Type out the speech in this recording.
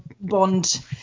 Bond